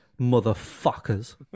motherfuckers